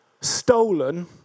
stolen